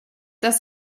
dass